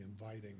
inviting